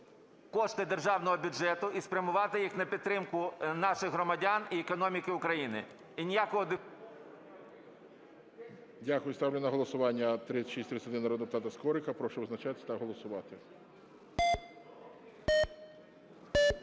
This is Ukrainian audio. кошти державного бюджету і спрямувати їх на підтримку наших громадян і економіки України. ГОЛОВУЮЧИЙ. Дякую. Ставлю на голосування 3631 народного депутата Скорика, прошу визначатися та голосувати. 21:43:04